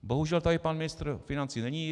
Bohužel tady pan ministr financí není.